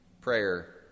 prayer